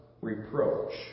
reproach